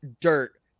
dirt